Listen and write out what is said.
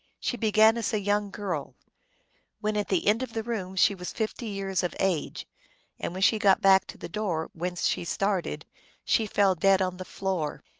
she began as a young girl when at the end of the room she was fifty years of age and when she got back to the door whence she started she fell dead on the floor,